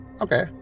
Okay